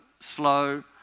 slow